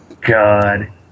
God